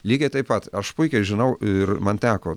lygiai taip pat aš puikiai žinau ir man teko